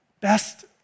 best